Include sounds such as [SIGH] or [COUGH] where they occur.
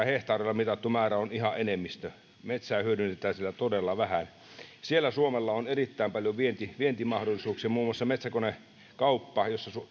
[UNINTELLIGIBLE] hehtaareilla mitattu määrä on ihan enemmistö ja metsää hyödynnetään siellä todella vähän ja varmasti siellä suomella on erittäin paljon vientimahdollisuuksia muun muassa metsäkonekauppa jossa